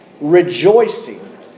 rejoicing